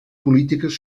polítiques